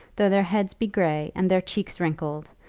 though their heads be gray and their cheeks wrinkled,